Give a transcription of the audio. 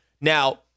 Now